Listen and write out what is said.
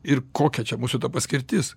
ir kokia čia mūsų ta paskirtis